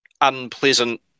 unpleasant